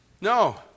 No